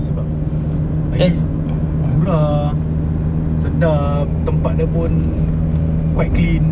sebab lagi murah sedap tempat dia pun quite clean